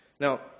Now